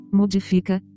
modifica